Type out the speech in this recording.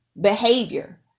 behavior